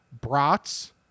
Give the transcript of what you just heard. brats